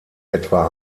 etwa